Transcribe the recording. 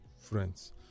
friends